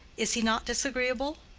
is he not disagreeable?